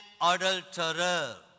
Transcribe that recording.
adulterer